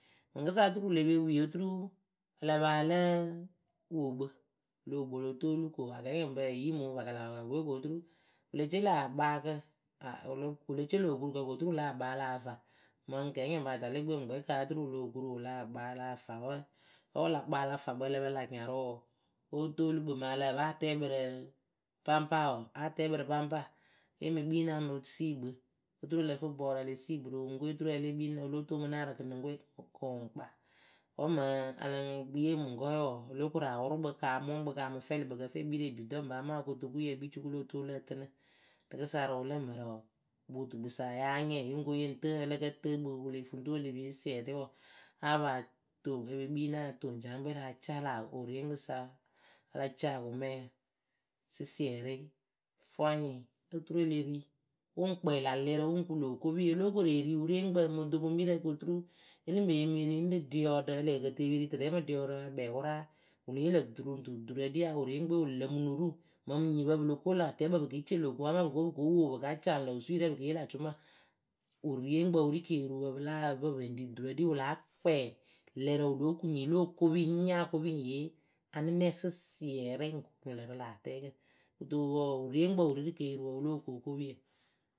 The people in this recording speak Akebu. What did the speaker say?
Mɨŋkɨsa oturu wɨ le pe wi oturu, la pa a lǝ́ǝ wo kpɨ lo wo kpɨ lo toolu ko akɛɛnyɔŋpǝǝyi mɨŋ wɨpakalapakalakpɨwe ko oturu wɨ le tie lä akpaakǝ, a wɨ le tie lö okurukǝ ko oturu wɨ lah kpaa a lah fa. Mɨŋ kɛɛnyɔŋpǝ ata le gbɨwe wɨŋkpɛ kaa oturu wɨ loh kuru wɨ lah kpaa a lah fa wǝǝ. Wǝ́ wɨ la kpaa la fa kpɨ ǝ lǝ pǝ lä nyarɨʊʊ óo toolu kpɨ. Mɨŋ ǝ lǝh pɨ atɛɛ kpɨ rɨ, paŋpa wɔɔ, áa tɛɛ kpɨ rɨ paŋpa, ée mɨ kpii naa mɨ sii kpɨ. Oturu lǝ fɨ bɔɔrǝ le sii kpɨ rɨ oŋuŋkɨwe oturu a lée kpii naa o lóo toomu naa rɨ kɨnɨŋkɨwe, kɨ wʊŋ kpaa Wǝ́ mɨŋ a lɨŋ yee mɨŋkɔɔwe wɔɔ, o lóo koru awʊrʊ kpɨ kɨ a mʊŋ kpɨ kɨ a mɨ fɛlɩ kpɨ kǝ ǝ fɨ ekpii rɨ ebidɔŋpǝ amaa rɨ okotokuyǝ ekpii cukuluʊ o toolu ǝ tɨnɨ. Rɨkɨsa rɨ wɨlǝ mǝrǝ wɔɔ, ŋkpɨ wɨtukpɨsa wǝ́ yáa nyɛɛ yɨ ŋ ko yɨ ŋ tɨɨ. Ǝ lǝ kǝ tɨɨ kpɨ wɨ le fuŋtuwe wɨ le pie sɨsiɛrɩ wɔɔ, áa pa toŋ e pe kpii naa o toŋ jiaŋkpɛrǝ a caa lä wɨrieŋkpɨsa. A la caa akʊmɛɛ sɨsiɛrɩ fwanyɩŋ, oturu e le ri. Wʊ ŋ kpɛɛ lä lɛrǝ wɨ ŋ ku lö okopii, o lóo koru eri wɨrieŋkpǝ mɨ ɖokoŋbirǝ ko oturu e lɨŋ pe yi e mɨ ri ŋɖɨ ɖiɔɔɖǝ ǝ lǝǝ kǝ tɨ e pe ri tɨrɛ mɨ ɖiɔɔrǝ a kpɛɛ kʊraa, wɨ lɨŋ yee lǝ̈ dutu ru ŋ tu, duturǝ ɖii wɨrieŋkpɨwe wɨ lǝmɨ nuru. Mɨŋ enyipǝ pɨ lo ko lä wɨtɛɛkpǝ pɨ ke ce lö koŋ amaa pɨ ko pɨ ko wo pɨ ka caŋ lǝ̈ osuirɛ pɨ ke yee lä cʊma, wɨrieŋkpǝ wɨ rii keeriwǝ pɨ la ǝ pɨ pɨ ŋ ri duturǝ ɖi wɨ láa kpɛɛ lɛrǝ wɨ lo ku nyii lo okopii ŋ nya kopii ŋ yee anɨnɛɛ sɨsiɛrɩ ŋ ku lǝ̈ rɨ lä atɛɛkǝ, kɨto wɔɔ, wɨrieŋkpǝ wɨ rii rɨ keeriwǝ wɨ lóo ku okopiyǝ.